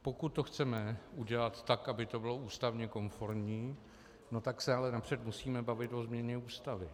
Pokud to chceme udělat tak, aby to bylo ústavně konformní, tak se ale napřed musíme bavit o změně Ústavy.